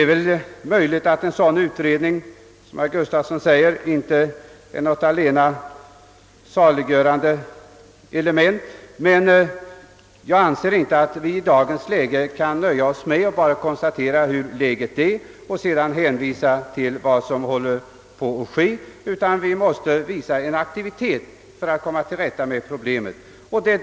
Det är möjligt att en sådan utredning, som herr Gustafsson säger, inte är det allena saliggörande, men jag anser inte att vi i dagens situation kan nöja oss med att konstatera hurudant läget är och sedan hänvisa till pågående utredningar, utan vi måste visa aktivitet för att komma till rätta med problemen.